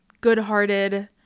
good-hearted